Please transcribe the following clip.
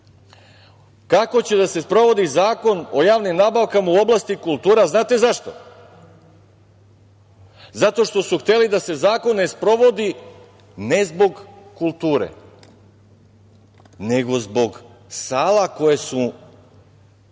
kako će da se sprovodi Zakon o javnim nabavkama u oblasti kulture. Znate zašto? Zato što su hteli da se zakon ne sprovodi ne zbog kulture, nego zbog sala za koje su